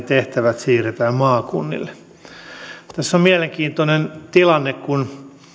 tehtävät siirretään maakunnille tässä on mielenkiintoinen tilanne kun